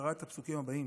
קרא את הפסוקים הבאים: